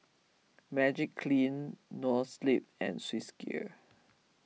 Magiclean Noa Sleep and Swissgear